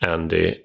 Andy